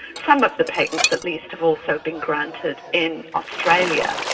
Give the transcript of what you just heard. some of the patents at least have also been granted in australia,